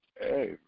Hey